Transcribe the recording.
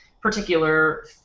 particular